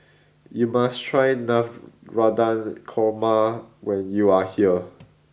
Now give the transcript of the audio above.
you must try Navratan Korma when you are here